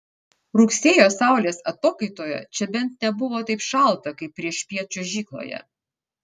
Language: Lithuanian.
rugsėjo saulės atokaitoje čia bent nebuvo taip šalta kaip priešpiet čiuožykloje